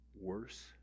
worse